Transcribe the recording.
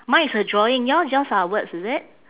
mine is a drawing yours yours are words is it